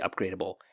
upgradable